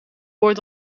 woord